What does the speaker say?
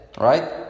right